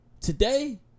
today